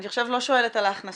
אני עכשיו לא שואלת על ההכנסות,